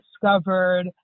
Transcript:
discovered